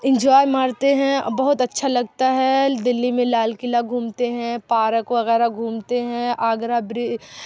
enjoy مارتے ہیں بہت اچھا لگتا ہے دلی میں لال قلعہ گھومتے ہیں پارک وغیرہ گھومتے ہیں آگرہ بری